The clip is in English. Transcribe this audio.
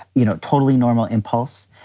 you know, totally normal impulse.